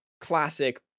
classic